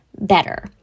better